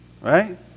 right